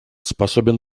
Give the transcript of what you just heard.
способен